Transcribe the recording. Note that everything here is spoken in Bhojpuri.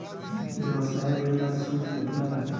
व्यवसाय ऋण ला सूद केतना लागी?